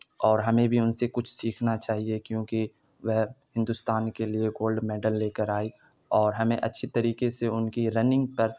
اور ہمیں بھی ان سے کچھ سیکھنا چاہیے کیونکہ وہ ہندوستان کے لیے گولڈ میڈل لے کر آئی اور ہمیں اچھی طریقے سے ان کی رننگ پر